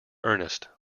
ernest